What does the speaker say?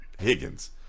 Higgins